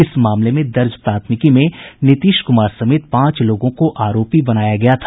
इस मामले में दर्ज प्राथमिकी में नीतीश कुमार समेत पांच लोगों को आरोपी बनाया गया था